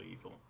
evil